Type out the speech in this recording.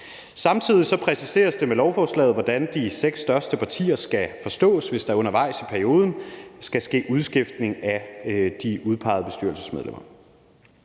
Samtidig præciseres det med lovforslaget, hvordan de seks største partier skal forstås, hvis der undervejs i perioden skal ske udskiftning af de udpegede bestyrelsesmedlemmer.